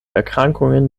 erkrankungen